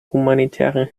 humanitären